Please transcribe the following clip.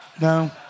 No